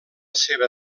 seva